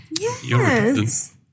Yes